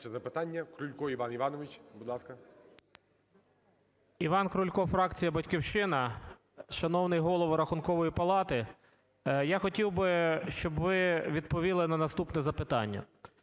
Іван Крулько, фракція "Батьківщина". Шановний Голово Рахункової палати, я хотів би, щоб ви відповіли на наступне запитання.